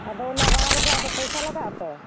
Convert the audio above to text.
ᱟᱫᱚ ᱚᱱᱟ ᱨᱟᱱ ᱨᱮᱫᱚ ᱟᱫᱚ ᱯᱚᱭᱥᱟ ᱞᱟᱜᱟᱜᱼᱟ ᱛᱚ